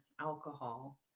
alcohol